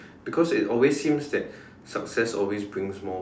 because it always seems that success always brings more work